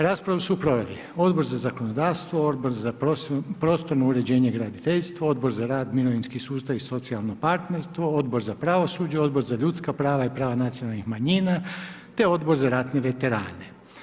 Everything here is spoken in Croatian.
Raspravu su proveli Odbor za zakonodavstvo, Odbor za prostorno uređenje i graditeljstvo, Odbor za rad, mirovinski sustav i socijalno partnerstvo, Odbor za pravosuđe, Odbor za ljudska prava i prava nacionalnih manjina te Odbor za ratne veterane.